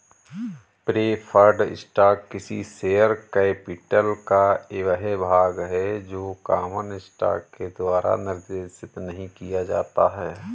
preferred stock किसी share capital का वह भाग है जो कॉमन स्टॉक के द्वारा निर्देशित नहीं किया जाता है